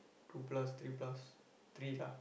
two plus three plus three lah